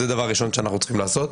זה דבר ראשון שאנחנו צריכים לעשות.